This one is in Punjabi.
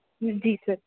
ਜੀ ਸਰ